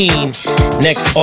next